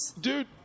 dude